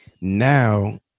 now